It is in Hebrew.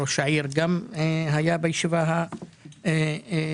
ראש העיר גם היה בישיבה ההיא.